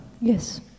Yes